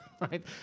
right